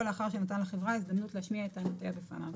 לאחר שנתן לחברה את ההזדמנות להשמיע את טענותיה בפניו.